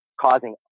causing